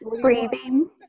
breathing